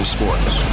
Sports